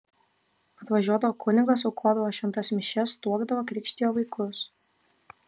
atvažiuodavo kunigas aukodavo šventas mišias tuokdavo krikštijo vaikus